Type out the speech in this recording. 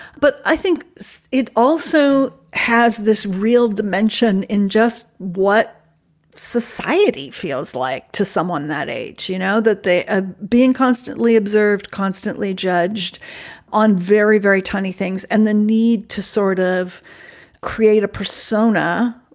but i think so it also has this real dimension in just what society feels like to someone that age, you know, that they are ah being constantly observed, constantly judged on very, very tiny things and the need to sort of create a persona,